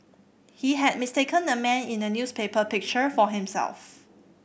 he had mistaken the man in the newspaper picture for himself